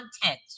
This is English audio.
content